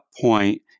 point